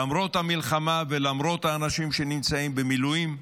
למרות המלחמה, ולמרות האנשים שנמצאים במילואים,